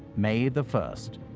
may the first,